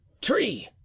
tree